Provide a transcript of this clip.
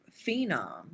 phenom